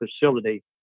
facility